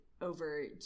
over